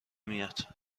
میاد